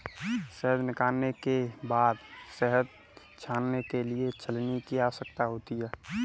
शहद निकालने के बाद शहद छानने के लिए छलनी की आवश्यकता होती है